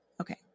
Okay